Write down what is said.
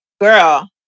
girl